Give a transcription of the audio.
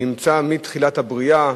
זה נמצא מתחילת הבריאה.